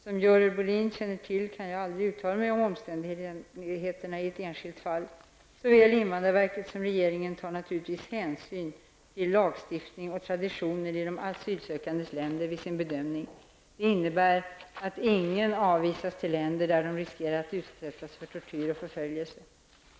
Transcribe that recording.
Som Görel Bohlin känner till kan jag aldrig uttala mig om omständigheterna i ett enskilt fall. Såväl invandrarverket som regeringen tar naturligtvis hänsyn till lagstiftning och traditioner i de asylsökandes hemländer vid sin bedömning. Det innebär att ingen avvisas till länder där de riskerar att utsättas för tortyr och förföljelse.